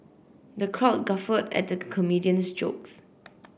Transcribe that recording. the crowd guffawed at the comedian's jokes